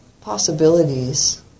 possibilities